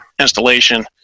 installation